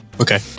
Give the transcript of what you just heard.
okay